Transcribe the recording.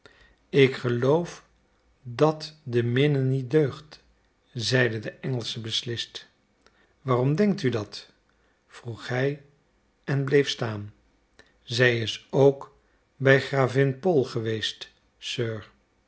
ik geloof dat de minne niet deugt zeide de engelsche beslist waarom denkt u dat vroeg hij en bleef staan zij is ook bij gravin pohl geweest